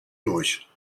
durch